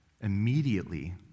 immediately